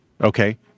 okay